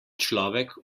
človek